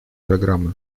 программы